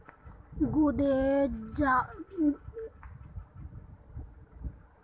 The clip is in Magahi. गूदेत चॉक या चीनी मिट्टी मिल ल कागजेर गुणवत्ता बढ़े जा छेक